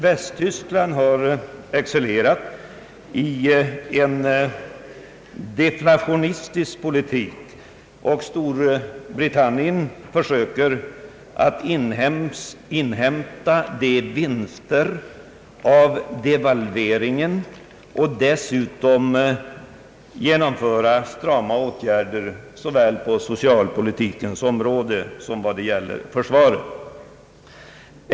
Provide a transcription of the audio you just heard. Västtyskland har excellerat i en deflationistisk politik, och Storbritannien försöker att tillgodogöra sig vinsterna av devalveringen och vidtar dessutom strama åtgärder såväl på socialpolitikens område som när det gäller försvaret.